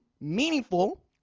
meaningful